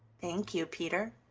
thank you, peter,